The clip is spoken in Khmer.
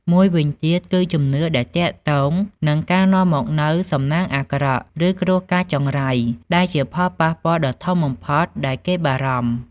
មួយវិញទៀតគឺជំនឿដែលទាក់ទងនឹងការនាំមកនូវសំណាងអាក្រក់ ឬគ្រោះកាចចង្រៃ ដែលជាផលប៉ះពាល់ដ៏ធំបំផុតដែលគេបារម្ភ។